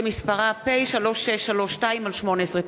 שמספרה פ/3632/18.